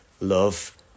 love